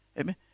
Amen